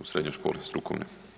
u Srednjoj školi strukovnoj.